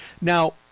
Now